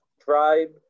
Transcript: tribe